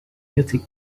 music